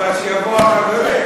אבל שיבואו החברים.